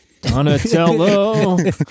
Donatello